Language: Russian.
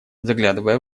заглядывая